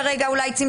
כי כרגע צמצמו,